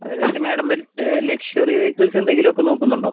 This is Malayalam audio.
അതുകഴിഞ്ഞിട്ട് മാഡം മ ലക്ഷ്വറി വെഹിക്കിൾസ് എന്തെങ്കിലുമൊക്കെ നോക്കുന്നുണ്ടോ